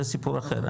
זה סיפור אחר.